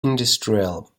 industrial